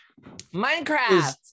minecraft